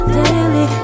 daily